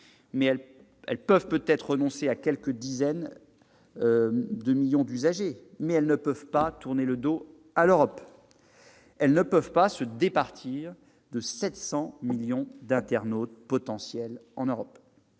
Elles peuvent peut-être renoncer à quelques dizaines de millions d'usagers, mais elles ne peuvent pas tourner le dos à l'Europe. Elles ne peuvent pas se départir de 700 millions d'internautes potentiels ! Google,